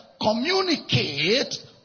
communicate